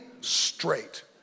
straight